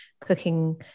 cooking